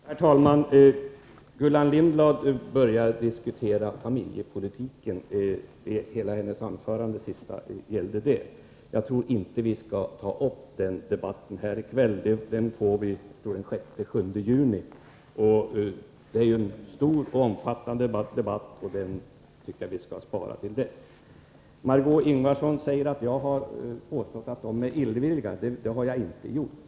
Herr talman! Gullan Lindblad börjar diskutera familjepolitiken. Det var vad hela hennes senaste anförande gällde. Jag tror dock inte att vi skall ta upp den debatten här i kväll. Den saken får vi diskutera den 6 juni. Eftersom det är en omfattande debatt tycker jag att vi skall vänta med den till dess. Enligt Margöé Ingvardsson har jag påstått att kommunisterna är illvilliga. Det har jag inte gjort.